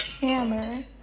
Hammer